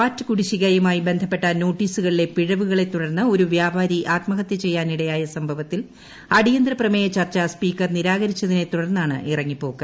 വാറ്റ് കുടിശ്ശികയുമായി ബ്സ്സ്പ്പെട്ട നോട്ടീസുകളിലെ പിഴവുകളെ തുടർന്ന് ഒരു വ്യാപാരി ആത്മഹ്ത്യ ചെയ്യാൻ ഇടയായ സംഭവത്തിൽ അടിയന്തര പ്രമേയ ചർച്ച സ്പീക്കർ നിരാകരിച്ചതിനെ തുടർന്നാണ് ഇറങ്ങിപ്പോക്ക്